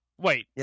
wait